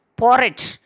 porridge